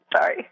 Sorry